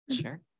Sure